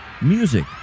music